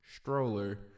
Stroller